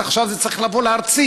ועכשיו זה צריך לעבור לארצית.